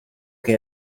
che